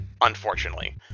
unfortunately